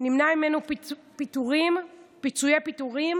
נמנעים פיצויי פיטורים